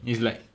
it's like